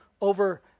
over